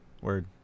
Word